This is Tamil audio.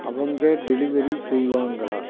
அவங்க டெலிவரி செய்வாங்களா